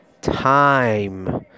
time